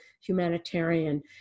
humanitarian